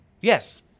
Yes